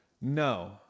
No